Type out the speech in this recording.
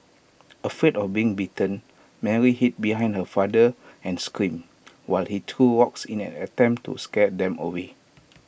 afraid of getting bitten Mary hid behind her father and screamed while he threw rocks in an attempt to scare them away